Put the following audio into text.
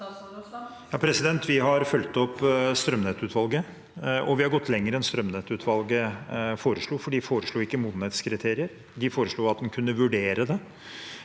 Vi har fulgt opp strømnettutvalget, og vi har gått lenger enn strømnettutvalget foreslo, for de foreslo ikke modenhetskriterier. De foreslo at en kunne vurdere det.